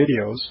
videos